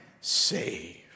save